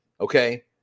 okay